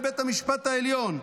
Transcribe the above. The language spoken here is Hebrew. לבית המשפט העליון,